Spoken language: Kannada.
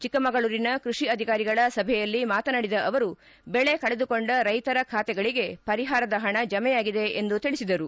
ಚಿಕ್ಕಮಗಳೂರಿನ ಕೃಷಿ ಅಧಿಕಾರಿಗಳ ಸಭೆಯಲ್ಲಿ ಮಾತನಾಡಿದ ಅವರು ಬೆಳೆ ಕಳೆದುಕೊಂಡ ರೈತರ ಖಾತೆಗಳಿಗೆ ಪರಿಹಾರದ ಹಣ ಜಮೆಯಾಗಿದೆ ಎಂದು ತಿಳಿಸಿದರು